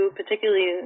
particularly